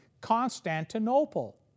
Constantinople